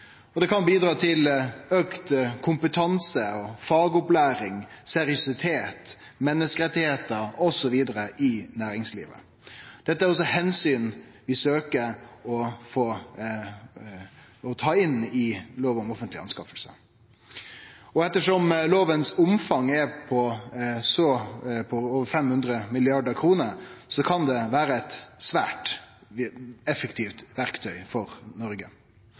Og ho kan bidra til å auke kompetansen og fagopplæringa, seriøsiteten, menneskerettane osv. i næringslivet. Dette er også omsyn vi søkjer å ta inn i lov om offentlege anskaffingar. Ettersom lovas omfang er på over 500 mrd. kr, kan det vere eit svært effektivt verktøy for Noreg.